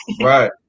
right